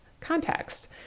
context